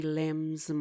limbs